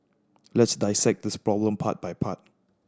let's dissect this problem part by part